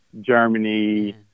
Germany